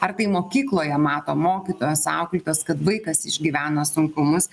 ar tai mokykloje mato mokytojos auklėtojos kad vaikas išgyvena sunkumus